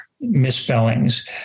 misspellings